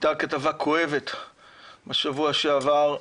הייתה כתבה כואבת בשבוע שעבר,